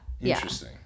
Interesting